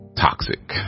toxic